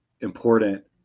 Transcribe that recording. important